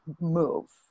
move